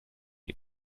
die